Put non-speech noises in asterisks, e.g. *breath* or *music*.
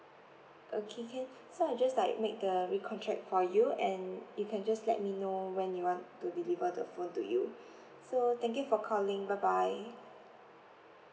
okay can so I just like make the recontract for you and you can just let me know when you want to deliver the phone to you *breath* so thank you for calling bye bye